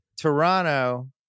Toronto